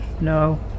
No